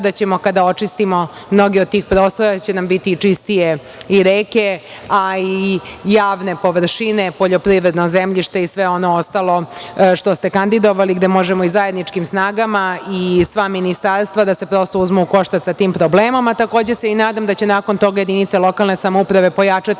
da će nam, kada očistimo mnoge od tihi prostora, biti čistije i reke, a i javne površine, poljoprivredno zemljište i sve ono ostalo što ste kandidovali, gde možemo i zajedničkim snagama i sva ministarstva da se uzmu u koštac sa tim problemom. Takođe se nadam da će, nakon toga, jedinice lokalne samouprave pojačati